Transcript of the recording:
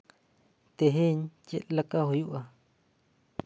ᱛᱮᱦᱮᱧ ᱪᱮᱫ ᱞᱮᱠᱟ ᱦᱩᱭᱩᱜᱼᱟ